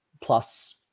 plus